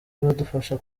badufasha